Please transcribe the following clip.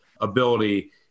ability